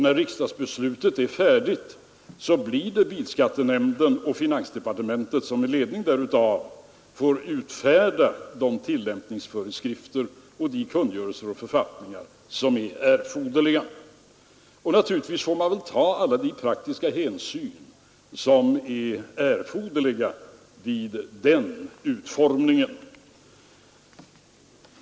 När riksdagsbeslutet är färdigt, får bilskattenämnden och finansdepartementet med ledning därav utfärda de tillämpningsföreskrifter, kungörelser och författningar som är erforderliga. Naturligtvis får man ta alla de praktiska hänsyn som är nödiga vid den utformningen.